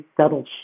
subtle